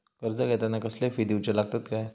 कर्ज घेताना कसले फी दिऊचे लागतत काय?